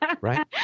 right